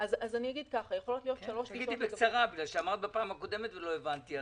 תגידי בקצרה, בגלל שאמרת בפעם הקודמת ולא הבנתי.